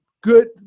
good